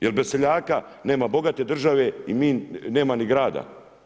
Jer bez seljaka nema bogate države i mi nema ni grada.